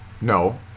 No